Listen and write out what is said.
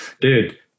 Dude